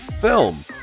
film